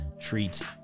treats